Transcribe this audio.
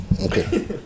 Okay